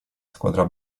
squadra